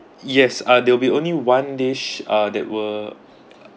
yes ah there will be only one dish ah that were